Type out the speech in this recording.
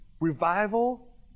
revival